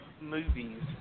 movies